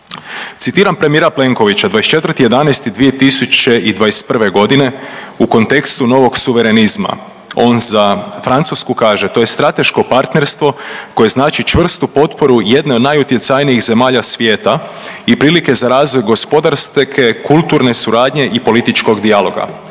Citiram premijera Plenkovića, 24.11.2021. u kontekstu novog suverenizma, on za Francusku kaže, to je strateško partnerstvo koje znači čvrstu potporu jedne od najutjecajnijih zemalja svijeta i prilike za razvoj gospodarske, kulturne suradnje i političkog dijaloga.